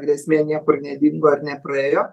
grėsmė niekur nedingo ir nepraėjo